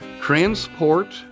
transport